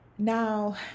Now